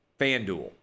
fanduel